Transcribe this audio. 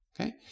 Okay